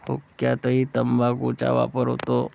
हुक्क्यातही तंबाखूचा वापर होतो